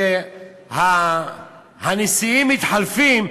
כשהנשיאים מתחלפים,